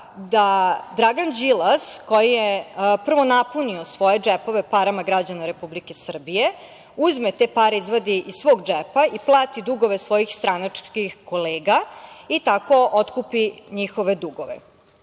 da Dragan Đilas, koji je prvo napunio svoje džepove parama građana Republike Srbije, uzme te pare, izvadi iz svog džepa i plati dugove svojih stranačkih kolega i tako otkupi njihove dugove. Takav